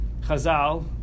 Chazal